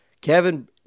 Kevin